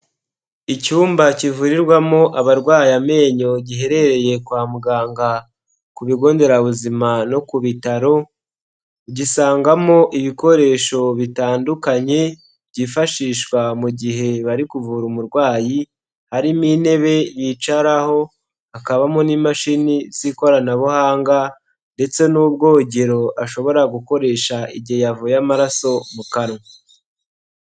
Icyumba kivurirwamo abarwaye amenyo giherereye kwa muganga ku bigo Nderabuzima no ku bitaro, ugisangamo ibikoresho bitandukanye byifashishwa mu gihe bari kuvura umurwayi, harimo intebe bicaraho, hakabamo n'imashini z'ikoranabuhanga, ndetse n'ubwogero ashobora gukoresha igihe yavuye amaraso mu kanwa.